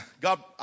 God